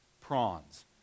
prawns